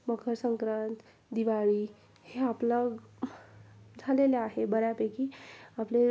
मकरसंक्रांत दिवाळी हे आपलं झालेले आहे बऱ्यापैकी आपले